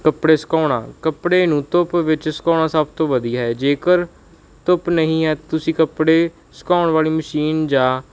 ਕੱਪੜੇ ਸੁਕਾਉਣਾ ਕੱਪੜੇ ਨੂੰ ਧੁੱਪ ਵਿੱਚ ਸੁਕਾਉਣਾ ਸਭ ਤੋਂ ਵਧੀਆ ਹੈ ਜੇਕਰ ਧੁੱਪ ਨਹੀਂ ਹੈ ਤੁਸੀਂ ਕੱਪੜੇ ਸੁਕਾਉਣ ਵਾਲੀ ਮਸ਼ੀਨ ਜਾਂ